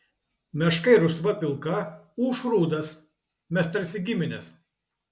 meška rusvai pilka ūš rudas mes tarsi giminės